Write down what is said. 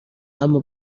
اما